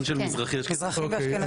במובן של מזרחי או אשכנזי, כן.